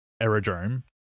aerodrome